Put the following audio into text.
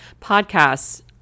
podcasts